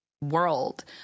world